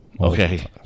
Okay